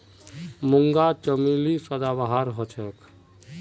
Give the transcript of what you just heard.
मूंगा चमेली सदाबहार हछेक